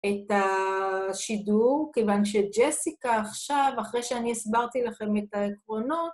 את השידור, כיוון שג'סיקה עכשיו, אחרי שאני הסברתי לכם את העקרונות...